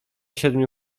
siedmiu